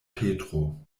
petro